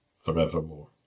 forevermore